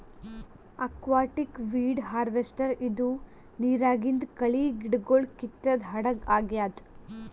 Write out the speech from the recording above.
aquatic weed harvester ಇದು ನಿರಾಗಿಂದ್ ಕಳಿ ಗಿಡಗೊಳ್ ಕಿತ್ತದ್ ಹಡಗ್ ಆಗ್ಯಾದ್